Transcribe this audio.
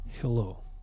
hello